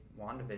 WandaVision